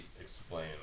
explain